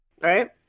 Right